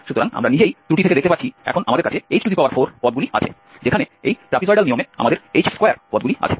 সুতরাং আমরা নিজেই ত্রুটি থেকে দেখতে পাচ্ছি এখন আমাদের কাছে h4 পদগুলি আছে যেখানে এই ট্রাপিজয়েডাল নিয়মে আমাদের h2 পদগুলি আছে